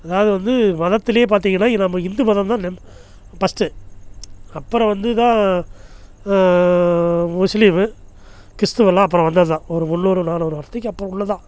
அதாவது வந்து மதத்துலேயே பார்த்திங்கன்னா நம்ம இந்து மதம் தான் நெம் ஃபஸ்ட் அப்புறம் வந்து தான் முஸ்லீம் கிறிஸ்தவரெல்லாம் அப்புறம் வந்தது தான் ஒரு முன்னூறு நானூறு வருஷத்துக்கு அப்புறம் உள்ளது தான்